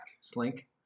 Slink